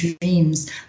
dreams